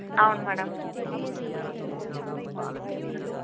అవును మేడం